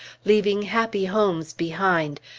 leaving happy homes behind,